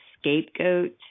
scapegoat